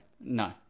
No